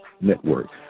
Network